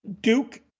Duke